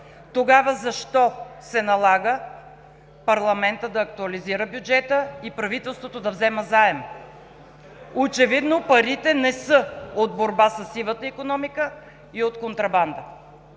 тогава защо се налага парламентът да актуализира бюджета и правителството да взема заем? Очевидно парите не са от борба със сивата икономика и от контрабанда.